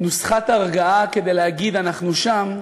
נוסחת הרגעה כדי להגיד: אנחנו שם,